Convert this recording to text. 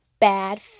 bad